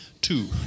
two